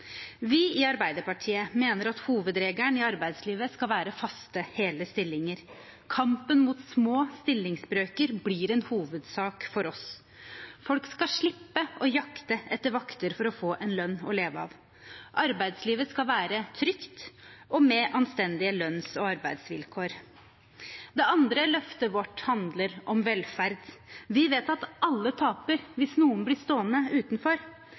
Vi i Arbeiderpartiet mener at hovedregelen i arbeidslivet skal være faste, hele stillinger. Kampen mot små stillingsbrøker blir en hovedsak for oss. Folk skal slippe å jakte etter vakter for å få en lønn å leve av. Arbeidslivet skal være trygt og med anstendige lønns- og arbeidsvilkår. Det andre løftet vårt handler om velferd. Vi vet at alle taper hvis noen blir stående utenfor.